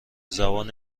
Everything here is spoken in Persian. زبان